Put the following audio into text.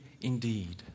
indeed